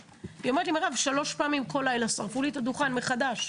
אמרה לי: כבר שלוש פעמים כל לילה שרפו לי את הדוכן מחדש,